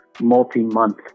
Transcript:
multi-month